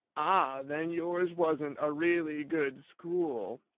ah! then yours wasn't a really good school,